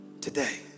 today